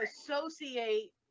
associate